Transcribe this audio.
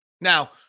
Now